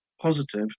positive